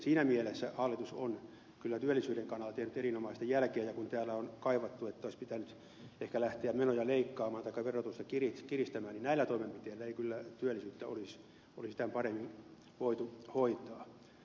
siinä mielessä hallitus on kyllä työllisyyden kannalta tehnyt erinomaista jälkeä ja kun täällä on kaivattu että olisi pitänyt ehkä lähteä menoja leikkaamaan taikka verotusta kiristämään niin näillä toimenpiteillä ei kyllä työllisyyttä olisi tämän paremmin voitu hoitaa